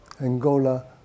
Angola